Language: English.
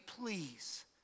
please